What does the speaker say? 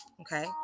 Okay